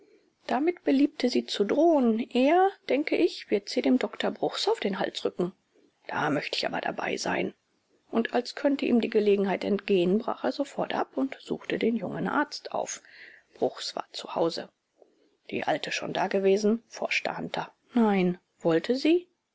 damit beliebte sie zu drohen eher denke ich wird sie dem doktor bruchs auf den hals rücken da möchte ich aber dabeisein und als könnte ihm die gelegenheit entgehen brach er sofort ab und suchte den jungen arzt auf bruchs war zu hause die alte schon dagewesen forschte hunter nein wollte sie